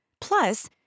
Plus